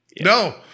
No